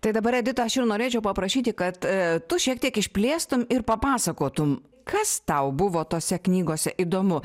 tai dabar edita aš ir norėčiau paprašyti kad a tu šiek tiek išplėstum ir papasakotum kas tau buvo tose knygose įdomu